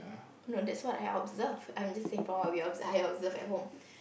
no that's what I observed I'm just saying from my view I observe at home